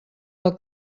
del